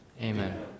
Amen